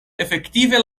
efektive